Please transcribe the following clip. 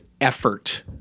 effort